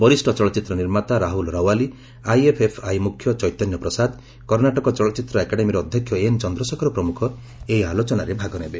ବରିଷ୍ଠ ଚଳଚ୍ଚିତ୍ର ନିର୍ମାତା ରାହୁଲ ରୱାଲି ଆଇଏଫ୍ଏଫ୍ଆଇ ମୁଖ୍ୟ ଚୈତନ୍ୟ ପ୍ରସାଦ କର୍ଷାଟକ ଚଳଚ୍ଚିତ୍ର ଅକାଡେମୀର ଅଧ୍ୟକ୍ଷ ଏନ୍ ଚନ୍ଦ୍ରଶେଖର ପ୍ରମୁଖ ଏହି ଆଲୋଚନାରେ ଭାଗ ନେବେ